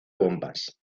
bombas